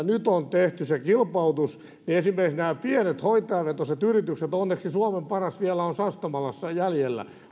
nyt on tehty se kilpailutus esimerkiksi nämä pienet hoitajavetoiset yritykset onneksi suomen paras vielä on sastamalassa jäljellä